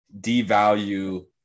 devalue